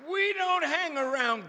we don't hang around